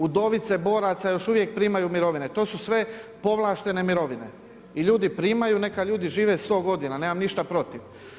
Udovice boraca još uvijek primaju mirovine, to su sve povlaštene mirovine i ljudi primaju, neka ljudi žive sto godina, nemam ništa protiv.